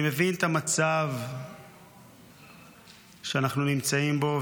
אני מבין את המצב שאנחנו נמצאים בו.